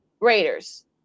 Raiders